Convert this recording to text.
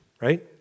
right